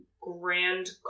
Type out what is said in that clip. grand